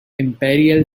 imperial